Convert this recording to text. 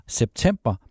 september